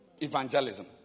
Evangelism